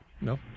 No